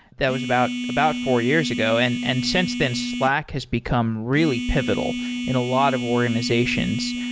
that was about about four years ago. and and since then, slack has become really pivotal in a lot of organizations.